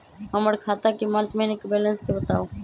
हमर खाता के मार्च महीने के बैलेंस के बताऊ?